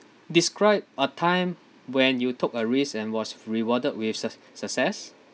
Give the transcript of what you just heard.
describe a time when you took a risk and was rewarded with su~ success